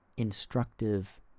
instructive